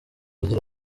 agira